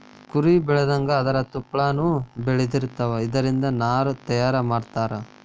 ಕುರಿ ಬೆಳದಂಗ ಅದರ ತುಪ್ಪಳಾನು ಬೆಳದಿರತಾವ, ಇದರಿಂದ ನಾರ ತಯಾರ ಮಾಡತಾರ